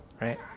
right